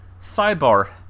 Sidebar